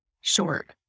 short